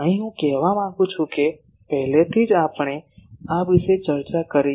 અહીં હું કહેવા માંગુ છું કે પહેલાથી જ આપણે આ વિશે ચર્ચા કરી છે